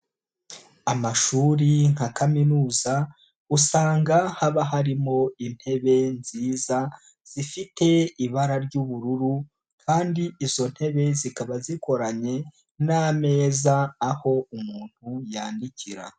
Amashuri nka kaminuza, usanga haba harimo intebe nziza zifite ibara ry'ubururu kandi izo ntebe zikaba zikoranye n'ameza aho umuntu yandikira.